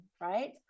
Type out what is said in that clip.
right